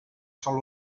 sòl